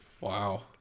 Wow